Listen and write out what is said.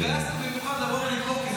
התגייסנו במיוחד לבוא ולתמוך,